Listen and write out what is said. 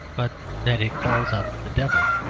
but that it calls up the devil.